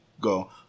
go